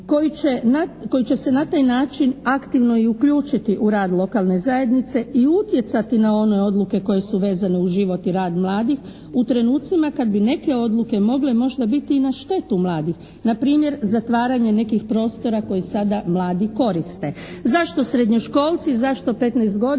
koji će se na taj način aktivno i uključiti u rad lokalne zajednice i utjecati na one odluke koje su vezane uz život i rad mladih u trenucima kad bi neke odluke mogle možda biti i na štetu mladih, na primjer zatvaranje nekih prostora koji sada mladi koriste. Zašto srednjoškolci, zašto petnaest godina